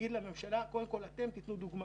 ותגיד לממשלה שהיא קודם כול תיתן דוגמה.